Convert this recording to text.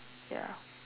ya